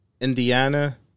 Indiana